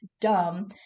dumb